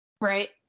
Right